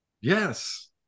Yes